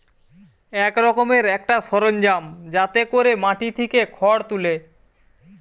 এক রকমের একটা সরঞ্জাম যাতে কোরে মাটি থিকে খড় তুলে